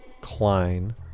Klein